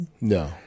no